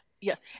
Yes